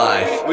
Life